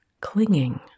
clinging